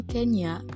Kenya